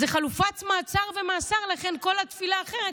זו חלופת מעצר ומאסר, ולכן כל התפיסה אחרת,